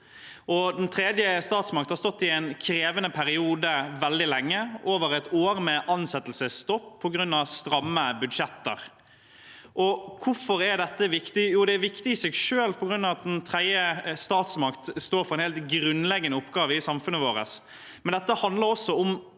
Den tredje statsmakt har stått i en krevende periode veldig lenge – over et år med ansettelsesstopp på grunn av stramme budsjetter. Hvorfor er dette viktig? Jo, det er viktig i seg selv på grunn av at den tredje statsmakt står for en helt grunnleggende oppgave i samfunnet vårt,